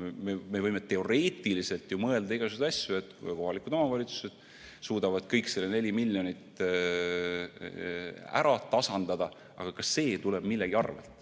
Me võime teoreetiliselt mõelda ju igasuguseid asju, seda, et kohalikud omavalitsused suudavad kõik selle 4 miljonit ära tasandada, aga ka see tuleb millegi arvel.